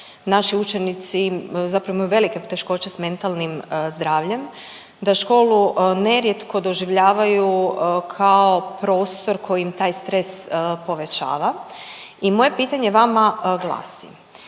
naši učenici zapravo imaju velike poteškoće s mentalnim zdravljem, da školu nerijetko doživljavaju kao prostor koji im taj stres povećava i moje pitanje vama glasi.